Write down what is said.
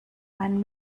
ein